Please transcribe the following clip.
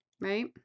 right